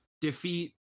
defeat